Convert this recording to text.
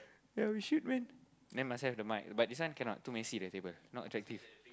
ya we should went then must have the mic but this one cannot too messy the table not attractive